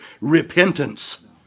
repentance